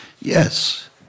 Yes